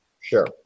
Sure